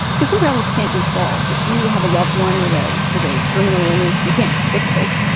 because some problems can't be solved. if you have a loved one with ah with a terminal illness, you can't fix it.